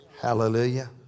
Hallelujah